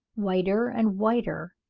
whiter and whiter,